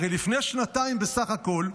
הרי לפני שנתיים בסך הכול,